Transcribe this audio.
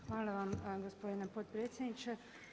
Hvala vam gospodine potpredsjedniče.